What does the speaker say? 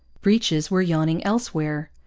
breaches were yawning elsewhere.